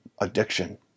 addiction